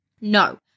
No